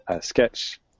Sketch